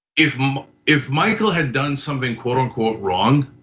if um if michael had done something quote unquote, wrong,